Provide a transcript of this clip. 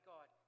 God